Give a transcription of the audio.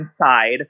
inside